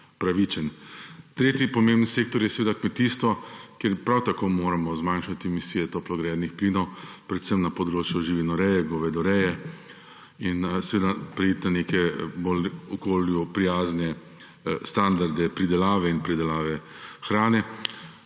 Tretji pomemben sektor je kmetijstvo, kjer prav tako moramo zmanjšati emisije toplogrednih plinov, predvsem na področju živinoreje, govedoreje, in priti do neke bolj okolju prijazne standarde pridelave in predelave hrane.